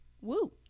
Woo